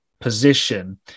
position